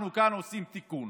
אנחנו כאן עושים תיקון